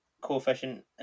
coefficient